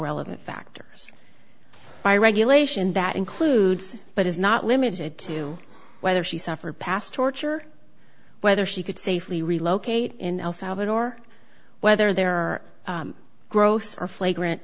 relevant factors by regulation that includes but is not limited to whether she suffered past torture whether she could safely relocate in el salvador whether there are gross or flagrant